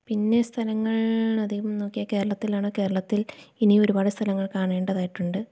പിന്നെ സ്ഥലങ്ങൾ അധികം നോക്കിയാൽ കേരളത്തിലാണ് കേരളത്തിൽ ഇനി ഒരുപാട് സ്ഥലങ്ങൾ കാണേണ്ടത് ആയിട്ടുണ്ട്